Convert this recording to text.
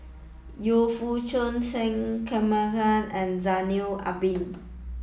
Yu Foo Shoon K and Zainal Abidin